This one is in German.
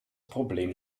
problem